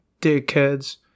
dickheads